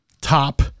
top